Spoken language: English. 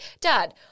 Dad